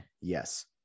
Yes